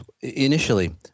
initially